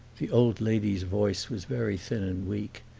the old lady's voice was very thin and weak,